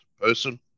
person